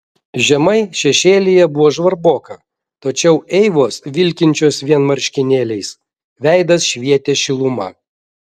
žemai šešėlyje buvo žvarboka tačiau eivos vilkinčios vien marškinėliais veidas švietė šiluma